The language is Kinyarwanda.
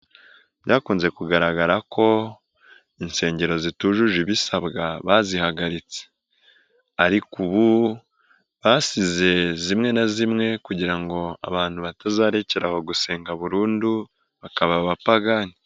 Byakunze kugaragara ko insengero zitujuje ibisabwa bazihagaritse. Ariko ubu basize zimwe na zimwe kugira ngo abantu batazarekeraho gusenga burundu bakaba abapagani.